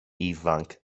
ifanc